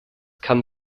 kann